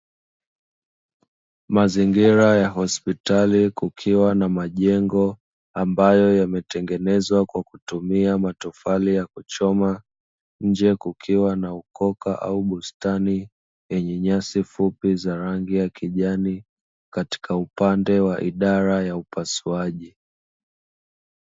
Mazingira ya hospitali kukiwa na majengo ambayo yametengenezwa kwa kutumia matofali ya kuchoma nje kukiwa na ukoka au bustani yenye nyasi fupi za rangi ya kijani katika upande wa idara ya upasuaji.